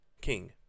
King